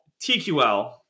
TQL